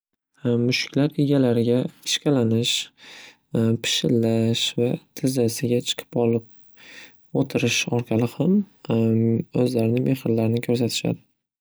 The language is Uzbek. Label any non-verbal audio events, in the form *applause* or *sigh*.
Mushuklar egalariga ishqalanish, *hesitation* pishillash va tizzasiga chiqib olib o‘tirish orqali ham *hesitation* o‘zlarini mehrlarini ko‘rsatishadi.